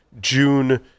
June